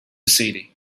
city